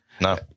no